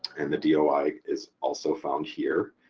and the doi is also found here.